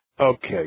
Okay